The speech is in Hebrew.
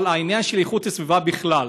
אבל העניין של הגנת הסביבה בכלל,